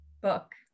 Book